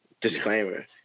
Disclaimer